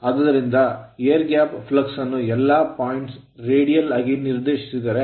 ಆದ್ದರಿಂದ ಅಂದರೆ air gap flux ಗಾಳಿಯ ಅಂತರದ ಫ್ಲಕ್ಸ್ ಅನ್ನು ಎಲ್ಲಾ points ಬಿಂದುಗಳಿಗೆ ರೇಡಿಯಲ್ ಆಗಿ ನಿರ್ದೇಶಿಸಿದರೆ